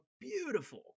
Beautiful